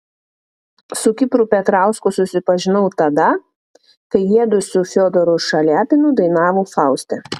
su kipru petrausku susipažinau tada kai jiedu su fiodoru šaliapinu dainavo fauste